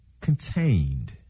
contained